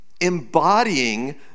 embodying